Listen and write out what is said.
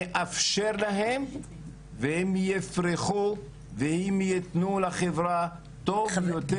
נאפשר להן והן יפרחו והן יתנו לחברה טוב יותר